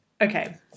Okay